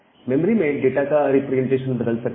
memory में data का representation बदल सकता है